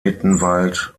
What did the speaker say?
mittenwald